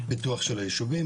פיתוח של הישובים,